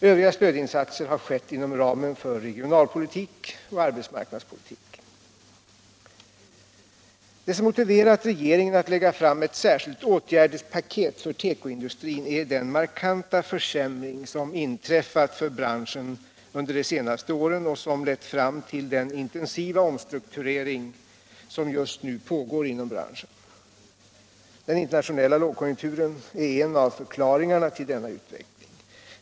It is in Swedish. Övriga stödinsatser har skett inom ramen för regionalpolitiken och arbetsmarknadspolitiken. Det som motiverat regeringen att lägga fram ett särskilt åtgärdspaket för tekoindustrin är den markanta försämring som inträffat för branschen under de senaste åren och lett fram till den intensiva omstrukturering som just nu pågår inom branschen. Den internationella lågkonjunkturen är en av förklaringarna till denna utveckling.